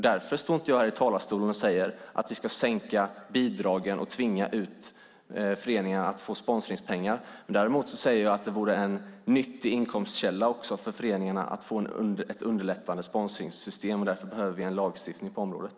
Därför står jag inte här i talarstolen och säger att vi ska sänka bidragen och tvinga föreningarna ut och skaffa sig sponsringspengar. Däremot vore det en nyttig inkomstkälla för föreningarna att få ett underlättande sponsringssystem, och därför behöver vi en lagstiftning på området.